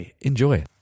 Enjoy